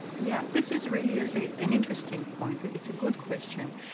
yeah this is really an an interesting point. it's a good question.